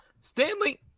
Stanley